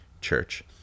church